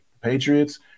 Patriots